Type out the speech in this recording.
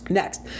next